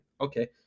okay